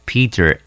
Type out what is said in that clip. Peter